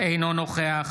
אינו נוכח